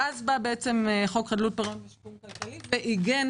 ואז בא חוק חדלות פירעון ושיקום כלכלי ועיגן